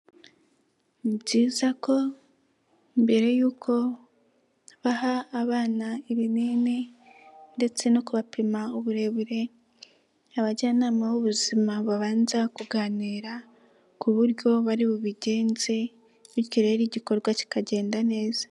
Ni byiza ko mbere y'uko baha abana ibinini ndetse no kubapima uburebure, abajyanama b'ubuzima babanza kuganira ku buryo bari bubigenze bityo rero igikorwa kikagenda neza.